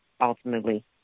ultimately